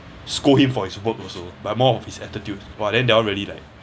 scold him for his work also but more of his attitude !wah! then they all really like